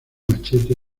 machete